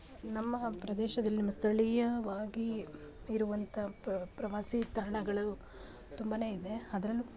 ನಮ್ಮ ಪ್ರದೇಶದಲ್ಲಿ ನಮ್ಮ ಸ್ಥಳೀಯವಾಗಿ ಇರುವಂಥ ಪ್ರವಾಸಿ ತಾಣಗಳು ತುಂಬನೇ ಇದೆ ಅದರಲ್ಲು